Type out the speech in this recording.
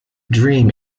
dream